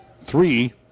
three